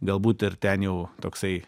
galbūt ir ten jau toksai